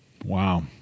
wow